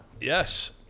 Yes